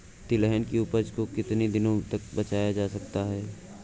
तिलहन की उपज को कितनी दिनों तक बचाया जा सकता है?